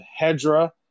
Hedra